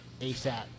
ASAP